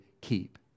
keep